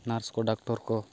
nurse doctor